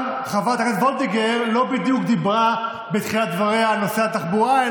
גם חברת הכנסת וולדיגר לא בדיוק דיברה בתחילת דבריה על נושא התחבורה,